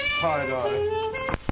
Tie-dye